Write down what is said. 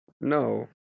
No